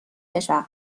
کشور